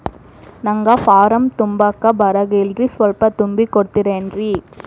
ನಂಗ ಫಾರಂ ತುಂಬಾಕ ಬರಂಗಿಲ್ರಿ ಸ್ವಲ್ಪ ತುಂಬಿ ಕೊಡ್ತಿರೇನ್ರಿ?